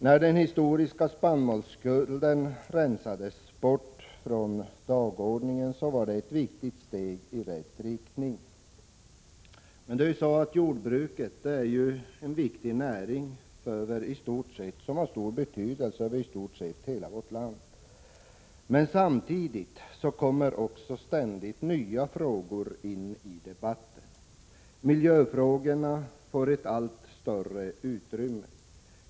När den historiska spannmålsskulden rensades bort från dagordningen, var det ett viktigt steg i rätt riktning. Jordbruket är en näring som har stor betydelse över i stort sett hela vårt land. Men det kommer ständigt nya frågor inidebatten. Miljöfrågorna får ett allt större utrymme.